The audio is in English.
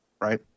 right